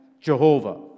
Jehovah